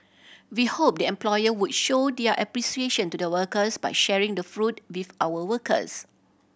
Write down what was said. we hope the employer would show their appreciation to the workers by sharing the fruit with our workers